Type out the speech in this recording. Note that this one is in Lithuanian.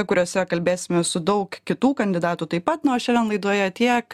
kuriuose kalbėsime su daug kitų kandidatų taip pat na o šiandien laidoje tiek